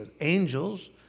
angels